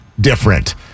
different